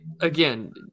again